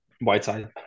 Whiteside